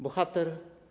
Bohater?